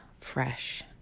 fresh